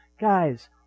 guys